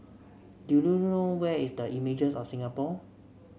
do you know where is the Images of Singapore